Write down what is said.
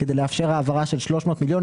כדי לאפשר העברה של 300 מיליון,